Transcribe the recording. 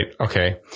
Okay